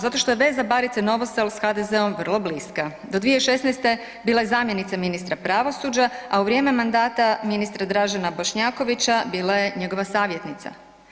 Zato što je veza Barice Novosel s HDZ-om vrlo bliska, do 2016. bila je zamjenica ministra pravosuđa, a u vrijeme mandata ministra Dražena Bošnjakovića bila je njegova savjetnica.